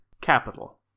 Capital